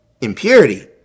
impurity